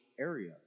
area